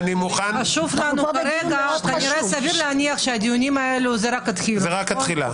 סביר להניח שהדיונים האלה זה רק התחלה,